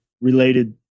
related